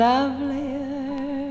Lovelier